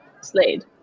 Slade